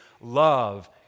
love